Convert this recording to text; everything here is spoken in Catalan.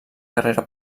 carrera